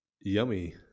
Yummy